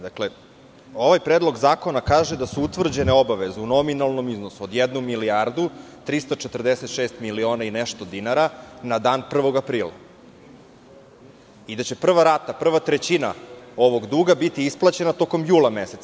Dakle, ovaj Predlog zakona kaže da su utvrđene obaveze u nominalnom iznosu od jednu milijardu 346 miliona i nešto dinara na dan 1. aprila i da će prva rata, prva trećina ovog duga biti isplaćena tokom jula meseca.